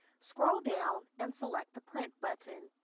scroll down and select the print button.